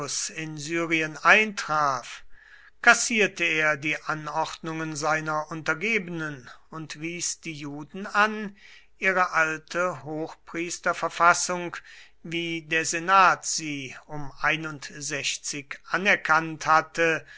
in syrien eintraf kassierte er die anordnungen seiner untergebenen und wies die juden an ihre alte hochpriesterverfassung wie der senat sie um anerkannt hatte